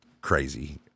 Crazy